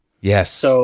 Yes